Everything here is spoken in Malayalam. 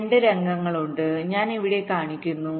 2 രംഗങ്ങളുണ്ട് ഞാൻ ഇവിടെ കാണിക്കുന്നു